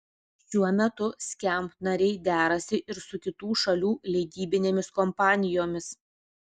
šiuo metu skamp nariai derasi ir su kitų šalių leidybinėmis kompanijomis